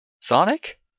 Sonic